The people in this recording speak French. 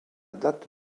date